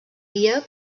via